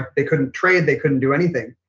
ah they couldn't trade, they couldn't do anything.